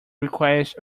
requires